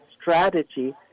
strategy